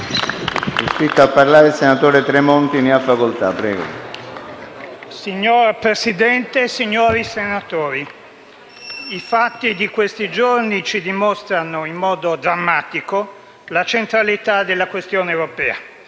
Signor Presidente, signori senatori, i fatti di questi giorni ci dimostrano, in modo drammatico, la centralità della questione europea.